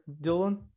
Dylan